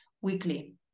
weekly